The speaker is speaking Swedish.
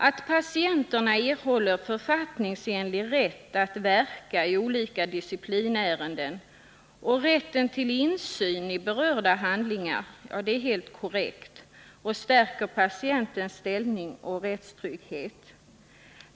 Att patienterna erhåller författningsenlig rätt att verka i olika disciplinärenden och rätten till insyn i berörda handlingar är helt korrekt och stärker patientens ställning och rättstrygghet.